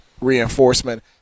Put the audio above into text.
reinforcement